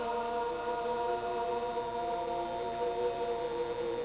no